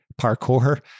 parkour